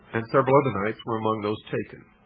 and several other knights were among those taken.